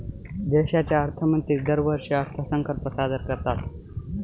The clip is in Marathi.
देशाचे अर्थमंत्री दरवर्षी अर्थसंकल्प सादर करतात